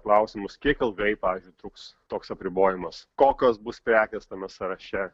klausimus kiek ilgai pavyzdžiui truks toks apribojimas kokios bus prekės tame sąraše